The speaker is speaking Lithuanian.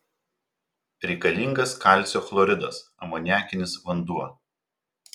reikalingas kalcio chloridas amoniakinis vanduo